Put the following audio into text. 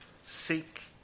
Seek